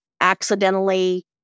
accidentally